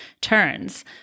turns